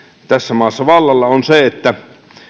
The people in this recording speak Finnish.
tässä maassa vallalla on se että